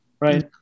right